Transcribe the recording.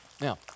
Now